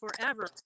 forever